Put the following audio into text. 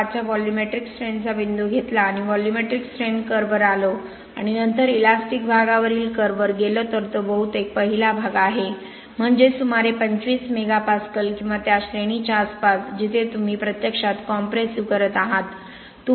05 च्या व्हॉल्यूमेट्रिक स्ट्रेनचा बिंदू घेतला आणि व्हॉल्यूमेट्रिक स्ट्रेन कर्व्ह वर आलो आणि नंतर इलॅस्टिक भागावरील कर्व्ह वर गेलो तर तो बहुतेक पहिला भाग आहे म्हणजे सुमारे 25 मेगापास्कल किंवा त्या श्रेणीच्या आसपास जिथे तुम्ही प्रत्यक्षात कॉम्प्रेसिव्ह करत आहात